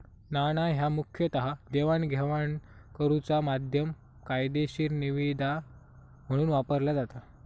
नाणा ह्या मुखतः देवाणघेवाण करुचा माध्यम, कायदेशीर निविदा म्हणून वापरला जाता